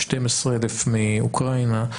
12,000 מאוקראינה,